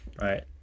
right